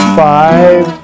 five